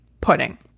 pudding